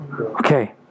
okay